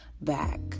back